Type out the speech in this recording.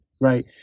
Right